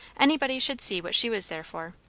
anybody should see what she was there for.